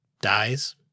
dies